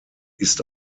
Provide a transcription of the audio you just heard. ist